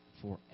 forever